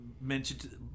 mentioned